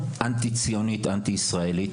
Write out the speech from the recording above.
אנטי ציונית,